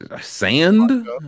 Sand